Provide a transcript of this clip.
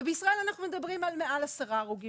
ובישראל אנחנו מדברים על מעל עשרה הרוגים